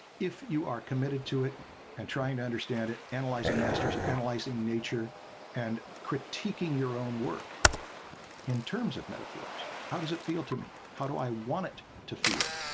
if you are committed to it and trying to understand it, analyzing masters, analyzing nature and critiquing your own work in terms of metaphors how does it feel to me? how do i want it to feel?